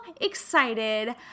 excited